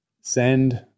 Send